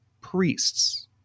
priests